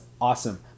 awesome